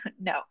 no